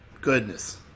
Goodness